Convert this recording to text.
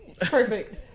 Perfect